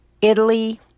Italy